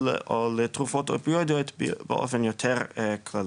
או לתרופות אפיואדיות, באופן יותר כללי.